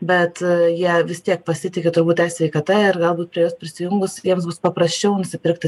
bet jie vis tiek pasitiki turbūt e sveikata ir galbūt prie jos prisijungus jiems bus paprasčiau nusipirkti